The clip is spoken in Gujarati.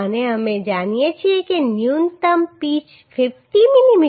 અને અમે જાણીએ છીએ કે ન્યૂનતમ પિચ 50 mm છે 2